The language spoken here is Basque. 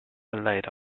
aldaera